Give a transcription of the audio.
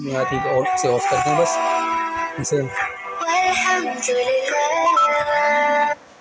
جسے